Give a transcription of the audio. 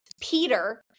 Peter